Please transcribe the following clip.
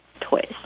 toys